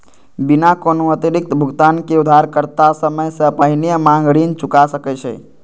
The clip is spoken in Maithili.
बिना कोनो अतिरिक्त भुगतान के उधारकर्ता समय सं पहिने मांग ऋण चुका सकै छै